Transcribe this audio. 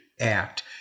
act